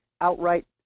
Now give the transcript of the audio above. outright